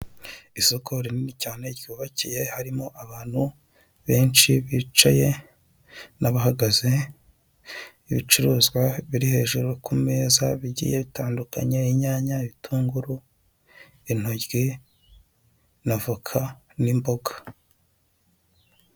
Isoko rinini cyane ryubakiye harimo abantu benshi bicaye n'abahagaze, ibicuruzwa biri hejuru ku meza bigiye bitandukanye inyanya, ibitunguru, intoryi n'avoka n'imboga.